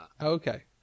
Okay